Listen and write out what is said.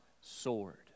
sword